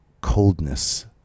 coldness